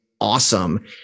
awesome